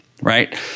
Right